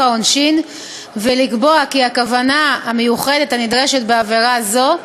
העונשין ולקבוע כי הכוונה המיוחדת הנדרשת בעבירה זו,